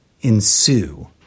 ensue